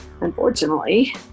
Unfortunately